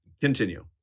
continue